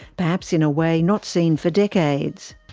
perhaps in a way not seen for decades.